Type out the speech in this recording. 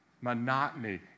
monotony